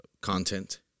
Content